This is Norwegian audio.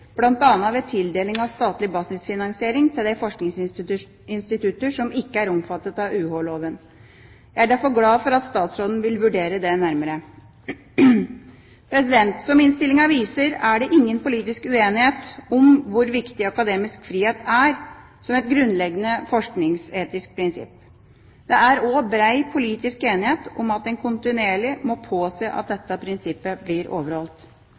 ved tildeling av statlig basisfinansiering til de forskningsinstitutter som ikke er omfattet av UH-loven. Jeg er derfor glad for at statsråden vil vurdere det nærmere. Som innstillinga viser, er det ingen politisk uenighet om hvor viktig akademisk frihet er som et grunnleggende forskningsetisk prinsipp. Det er også brei politisk enighet om at en kontinuerlig må påse at dette prinsippet blir overholdt.